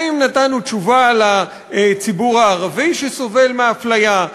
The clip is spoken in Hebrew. האם נתנו תשובה לציבור הערבי שסובל מאפליה?